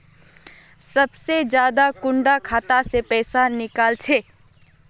सबसे ज्यादा कुंडा खाता त पैसा निकले छे?